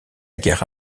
guerre